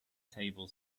table